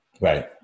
Right